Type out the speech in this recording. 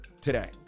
today